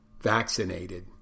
Vaccinated